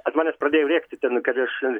ant manęs pradėjo rėkti ten kad aš